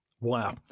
wow